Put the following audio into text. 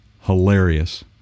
hilarious